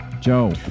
Joe